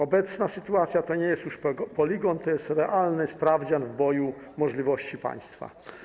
Obecna sytuacja to nie jest już poligon, to jest realny sprawdzian w boju możliwości państwa.